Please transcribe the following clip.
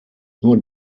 nur